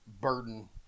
burden